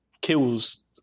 kills